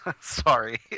Sorry